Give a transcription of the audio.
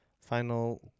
final